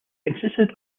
consisted